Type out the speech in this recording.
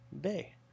bay